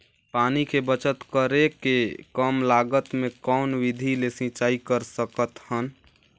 पानी के बचत करेके कम लागत मे कौन विधि ले सिंचाई कर सकत हन?